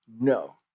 No